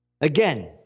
Again